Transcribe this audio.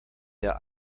der